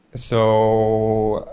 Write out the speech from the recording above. so,